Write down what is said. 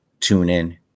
TuneIn